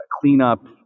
cleanup